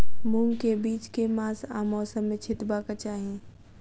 मूंग केँ बीज केँ मास आ मौसम मे छिटबाक चाहि?